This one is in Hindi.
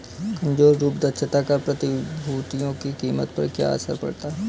कमजोर रूप दक्षता का प्रतिभूतियों की कीमत पर क्या असर पड़ता है?